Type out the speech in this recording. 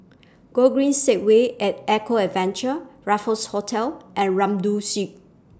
Gogreen Segway and Eco Adventure Raffles Hotel and Rambau